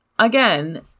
Again